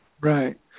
right